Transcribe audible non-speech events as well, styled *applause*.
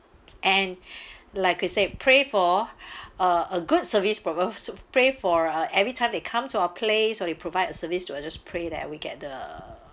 and *breath* like I say pray for *breath* uh a good service provi~ pray for uh every time they come to our place or they provide a service so I'll just pray that we get the